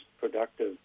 productive